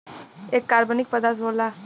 एक कार्बनिक पदार्थ होला